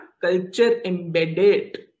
culture-embedded